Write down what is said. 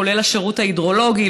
כולל השירות ההידרולוגי,